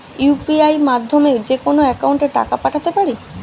UPI মাধ্যমে যেকোনো একাউন্টে টাকা পাঠাতে পারি?